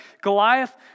Goliath